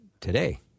today